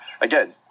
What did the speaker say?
again